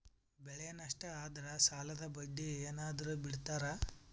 ಬೆಳೆ ನಷ್ಟ ಆದ್ರ ಸಾಲದ ಬಡ್ಡಿ ಏನಾದ್ರು ಬಿಡ್ತಿರಾ?